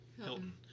Hilton